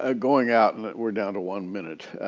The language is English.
ah going out, and we're down to one minute.